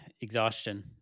exhaustion